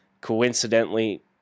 Coincidentally